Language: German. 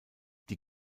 die